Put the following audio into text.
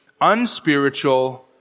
unspiritual